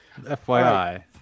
fyi